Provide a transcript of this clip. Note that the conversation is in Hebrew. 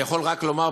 אני יכול רק לומר,